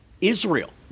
Israel